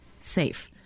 safe